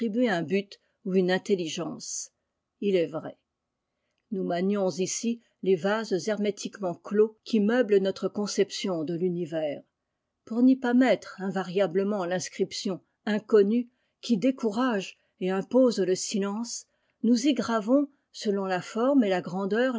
un but ou une intelligence il est vrai nous manions ici les vases hermétiquement clos qui meublent notre conception de l'univers pour n'y pas mettre invariablement l'inscription inconnu qui décourage et impose le silence nous y gravons selon la forme et la grandeur